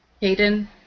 hayden